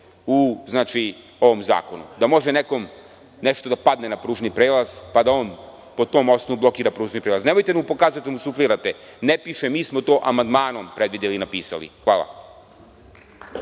u ovom zakonu da može nekom nešto da padne na kružni prelaz, pa da on po tom osnovu blokira pružni prelaz? Nemojte mu pokazati, da mu suflirate, ne piše, mi smo to amandmanom predvideli, napisali. Hvala.